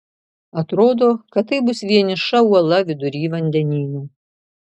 atrodo kad tai bus vieniša uola vidury vandenyno